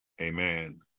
amen